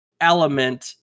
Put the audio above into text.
element